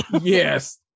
Yes